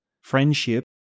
friendship